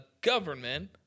government-